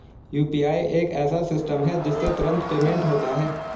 UPI एक ऐसा system है जिससे तुरंत पेमेंट होता है